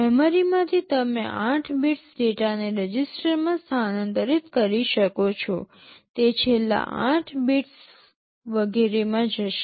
મેમરીમાંથી તમે ૮ બિટ્સ ડેટાને રજિસ્ટરમાં સ્થાનાંતરિત કરી શકો છો તે છેલ્લા ૮ બિટ્સ વગેરેમાં જશે